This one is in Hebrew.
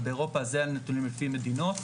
אבל באירופה זה הנתונים לפי מדינות.